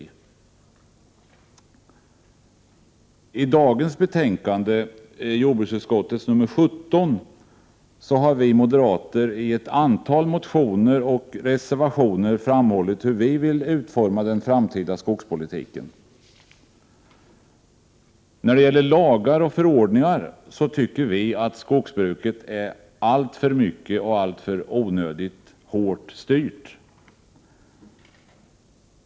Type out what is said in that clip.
Till dagens betänkande JoU16 har vi moderater fogat ett antal motioner och reservationer där vi framhållit hur vi vill utforma den framtida skogspolitiken. När det gäller lagar och förordningar anser vi att skogsbruket är alltför hårt styrt.